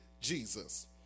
Jesus